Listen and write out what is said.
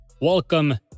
Welcome